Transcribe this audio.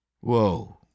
Whoa